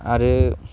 आरो